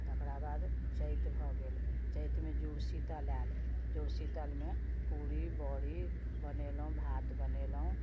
तकरा बाद चैत भऽ गेल चैतमे जूड़ शीतल आएल जूड़ शीतलमे पूड़ी बड़ी बनेलहुँ भात बनेलहुँ